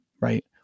right